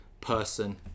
person